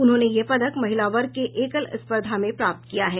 उन्होंने यह पदक महिला वर्ग के एकल स्पर्धा में प्राप्त किया है